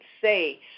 say